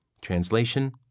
Translation